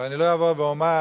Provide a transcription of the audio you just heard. ואני לא אבוא ואומר,